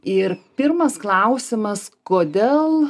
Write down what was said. ir pirmas klausimas kodėl